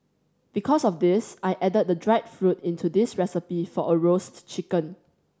because of this I added the dried fruit into this recipe for a roast chicken